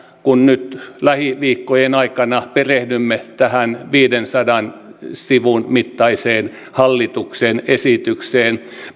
kun nyt lähiviikkojen aikana perehdymme tähän viidensadan sivun mittaiseen hallituksen esitykseen